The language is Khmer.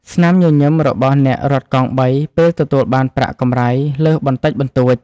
ស្នាមញញឹមរបស់អ្នករត់កង់បីពេលទទួលបានប្រាក់កម្រៃលើសបន្តិចបន្តួច។